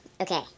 Okay